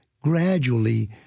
gradually